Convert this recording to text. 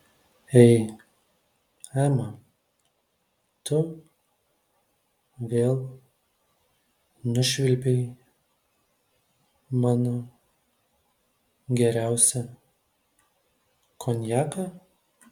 ei ema tu vėl nušvilpei mano geriausią konjaką